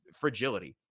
fragility